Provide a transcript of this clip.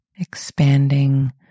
Expanding